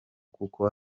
kuko